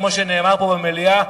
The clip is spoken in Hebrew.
כמו שנאמר פה במליאה,